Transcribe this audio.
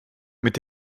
mit